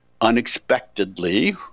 unexpectedly